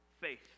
faith